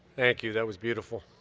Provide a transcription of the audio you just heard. thank you, that was beautiful.